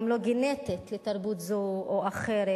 גם לא גנטית לתרבות זו או אחרת,